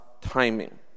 timing